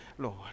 Lord